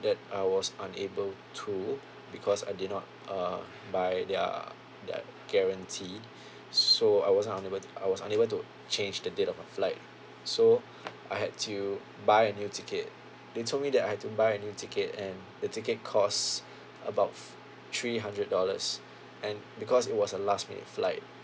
that I was unable to because I did not uh buy their their guarantee so I wasn't unable I was unable to change the date of my flight so I had to buy a new ticket they told me that I have to buy a new ticket and the ticket cost about th~ three hundred dollars and because it was a last minute flight